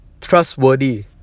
trustworthy